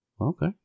Okay